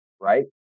right